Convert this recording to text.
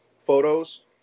photos